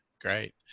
Great